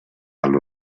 allo